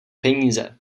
peníze